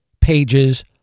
pages